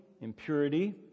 impurity